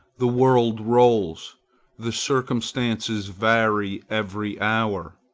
the world rolls the circumstances vary every hour.